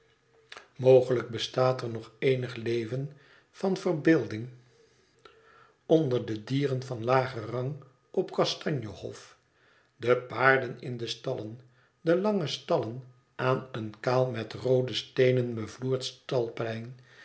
mogelijk bestaat er nog eenig leven van verbeelding onder de dieren van lager rang op kastanje hof de paarden in de stallen de lange stallen aan een kaal met roode steenen bevloerd